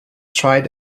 tried